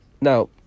now